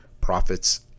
profits